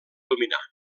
dominar